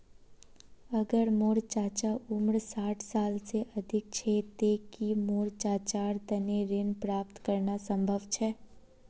अगर मोर चाचा उम्र साठ साल से अधिक छे ते कि मोर चाचार तने ऋण प्राप्त करना संभव छे?